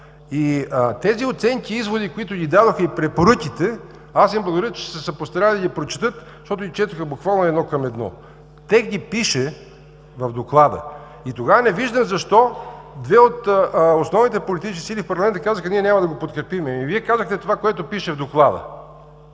Оценките и изводите, които дадоха и препоръките, аз им благодаря, че са се постарали да ги прочетат, защото ги четоха буквално едно към едно. Тях ги пише в доклада. Тогава не виждам защо две от основните политически сили в парламента казаха: „ние няма да го подкрепим“. Вие казахте това, което пише в доклада.